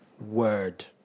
word